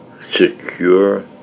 secure